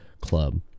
Club